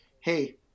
hey